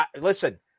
listen